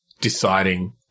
deciding